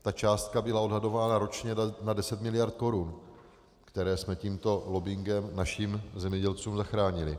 Ta částka byla odhadována ročně na 10 mld. korun, které jsme tímto lobbingem našim zemědělcům zachránili.